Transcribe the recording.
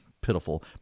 Pitiful